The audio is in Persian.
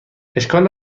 اشکال